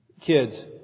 Kids